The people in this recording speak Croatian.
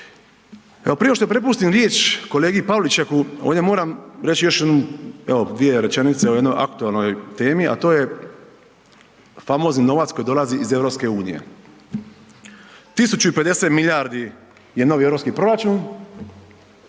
nego što prepustim riječ Pavličeku, ovdje moram reći još jednu evo, dvije rečenice o jednoj aktualnoj temi, a to je famozni novac koji dolazi iz EU-a. Tisuću i pedeset milijardi je novi europski proračun,